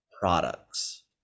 products